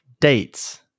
dates